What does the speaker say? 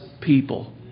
people